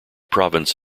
province